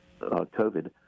covid